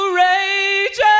rage